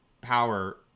power